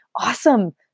awesome